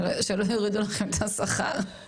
שלא יורידו לכם את השכר.